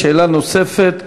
שאלה נוספת,